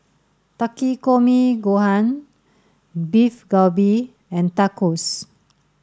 Takikomi Gohan Beef Galbi and Tacos